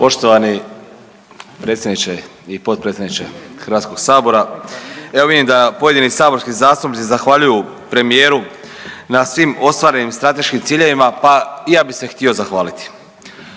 Poštovani predsjedniče i potpredsjedniče HS. Evo vidim da pojedini saborski zastupnici zahvaljuju premijeru na svim ostvarenim strateškim ciljevima, pa i ja bi se htio zahvaliti.